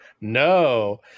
no